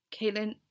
Caitlin